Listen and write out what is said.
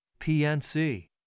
PNC